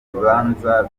bibanza